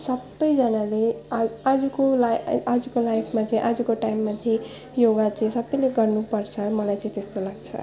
सबैजनाले आ आजको लाइ आजको लाइफमा चाहिँ आजको टाइममा चाहिँ योगाहरू चाहिँ सबैले गर्नुपर्छ मलाई चाहिँ त्यस्तो लाग्छ